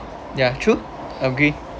ya true agree